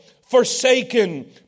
forsaken